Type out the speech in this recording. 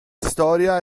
storia